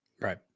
Right